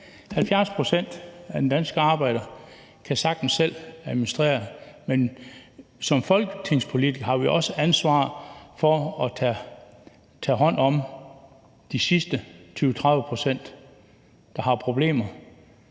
70 pct. af de danske arbejdere kan sagtens selv administrere det, men som folketingspolitikere har vi også ansvaret for at tage hånd om de sidste 20-30 pct., der har problemer.